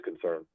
concern